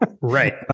Right